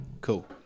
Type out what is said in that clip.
Cool